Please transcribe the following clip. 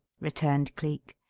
returned cleek.